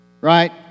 right